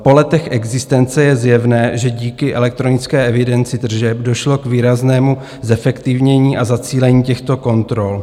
Po letech existence je zjevné, že díky elektronické evidenci tržeb došlo k výraznému zefektivnění a zacílení těchto kontrol.